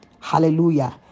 Hallelujah